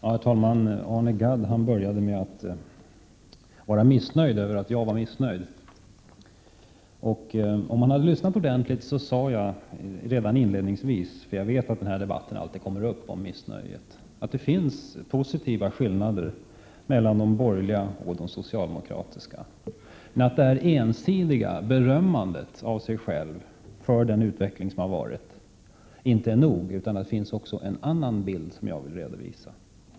Herr talman! Arne Gadd började med att vara missnöjd över att jag är missnöjd. Om han hade lyssnat ordentligt skulle han hört att jag inledningsvis sade — för jag vet att debatten om missnöje alltid kommer upp — att det finns positiva skillnader mellan de borgerliga och socialdemokraterna. Men det ensidiga berömmandet av sig själv för den utveckling som varit är inte nog. Det finns också en annan bild, som jag redovisat.